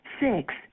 Six